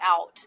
out